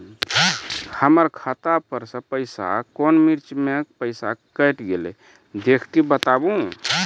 हमर खाता पर से पैसा कौन मिर्ची मे पैसा कैट गेलौ देख के बताबू?